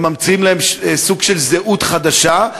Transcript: וממציאים להם סוג של זהות חדשה.